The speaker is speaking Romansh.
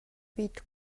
vid